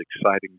exciting